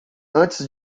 antes